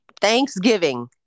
Thanksgiving